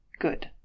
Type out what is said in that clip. Good